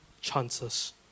chances